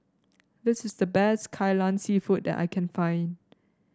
this is the best Kai Lan seafood that I can find